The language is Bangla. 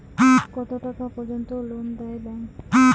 কত টাকা পর্যন্ত লোন দেয় ব্যাংক?